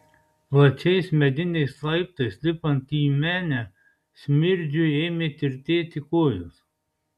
plačiais mediniais laiptais lipant į menę smirdžiui ėmė tirtėti kojos